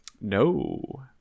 No